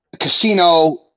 casino